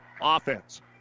offense